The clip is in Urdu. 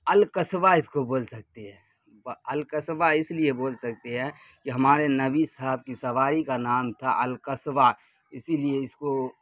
القصواء اس کو بول سکتے ہیں القصواء اس لیے بول سکتے ہیں کہ ہمارے نبی صاحب کی سواری کا نام تھا القصواء اسی لیے اس کو